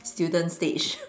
students stage